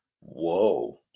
Whoa